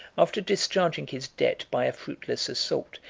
after discharging his debt by a fruitless assault,